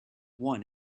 one